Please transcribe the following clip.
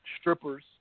strippers